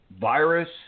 virus